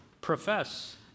profess